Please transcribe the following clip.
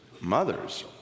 mothers